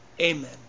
Amen